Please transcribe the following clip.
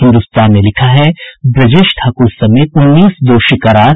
हिन्दुस्तान ने लिखा है ब्रजेश ठाकुर समेत उन्नीस दोषी करार